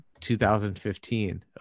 2015